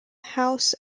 house